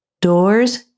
doors